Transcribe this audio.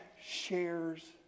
shares